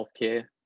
healthcare